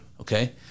Okay